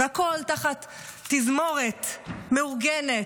והכול תחת תזמורת מאורגנת,